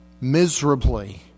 miserably